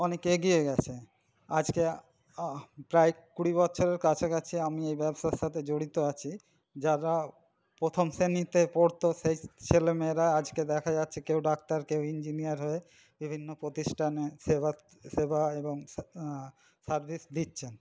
অনেক এগিয়ে গেছে আজকে প্রায় কুড়ি বচ্ছরের কাছাকাছি আমি এই ব্যবসার সাথে জড়িত আছি যারা প্রথম শ্রেণিতে পড়তো সেই ছেলেমেয়েরা আজকে দেখা যাচ্ছে কেউ ডাক্তার কেউ ইঞ্জিনিয়ার হয়ে বিভিন্ন প্রতিষ্ঠানে সেবা সেবা এবং সার্ভিস দিচ্ছেন